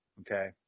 okay